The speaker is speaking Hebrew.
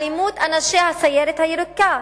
אלימות אנשי הסיירת הירוקה,